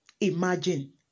Imagine